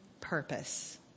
purpose